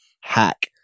hack